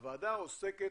הוועדה עוסקת